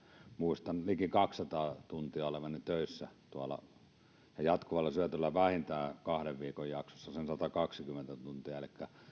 muistan liki kaksisataa tuntia olleeni töissä ja jatkuvalla syötöllä kahden viikon jaksossa vähintään sen satakaksikymmentä tuntia elikkä